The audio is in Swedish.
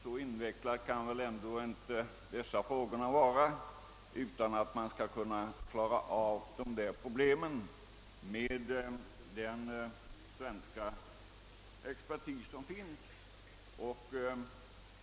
Så invecklade kan ändå inte dessa frågor vara att man inte kan klara dem med den svenska expertis som finns.